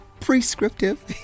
prescriptive